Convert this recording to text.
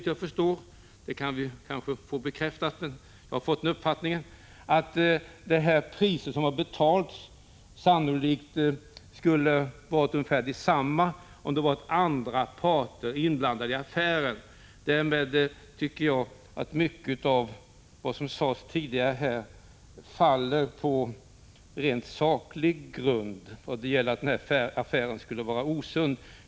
Jag har i alla fall fått den uppfattningen att de priser som betalats sannolikt skulle ha varit ungefär desamma om det hade varit andra parter inblandade i affären. Därmed tycker jag att mycket av det som sades tidigare om att affären skulle vara osund faller på rent sakliga grunder.